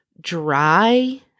dry